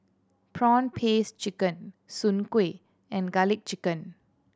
prawn paste chicken Soon Kueh and Garlic Chicken